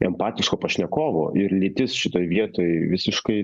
empatiško pašnekovo ir lytis šitoj vietoj visiškai